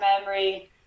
memory